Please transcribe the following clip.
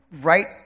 right